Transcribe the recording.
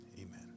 amen